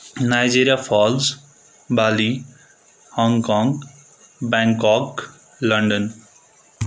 Nigeria falls Bali Hong Kong London